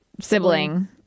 Sibling